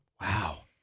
Wow